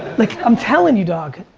like i'm telling you, dog.